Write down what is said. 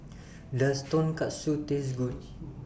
Does Tonkatsu Taste Good